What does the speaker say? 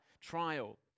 trial